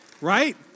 Right